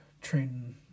train